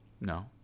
No